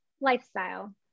lifestyle